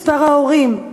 מספר ההורים,